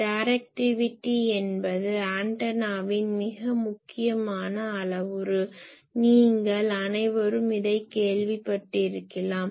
directivity என்பது ஆண்டனாவின் மிக முக்கியமான அளவுரு நீங்கள் அனைவரும் இதைக் கேள்விப்பட்டிருக்கலாம்